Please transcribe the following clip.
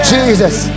Jesus